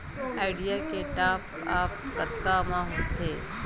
Idea के top आप कतका म होथे?